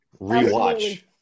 rewatch